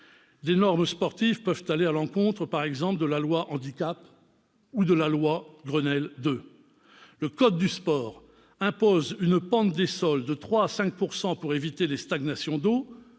Des normes sportives peuvent ainsi aller à l'encontre des dispositions de la loi Handicap ou de la loi Grenelle II. Le code du sport impose une pente des sols de 3 % à 5 % pour éviter les stagnations d'eau,